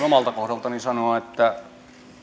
omalta kohdaltani sanoa että